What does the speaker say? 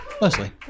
Mostly